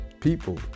people